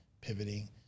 pivoting